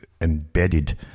embedded